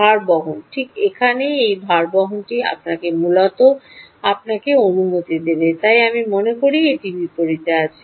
ভারবহন ঠিক এখানেই এই ভারবহনটি আপনাকে মূলত আপনাকে অনুমতি দেবে তাই আমি মনে করি একটি বিপরীত আছে